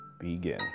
begin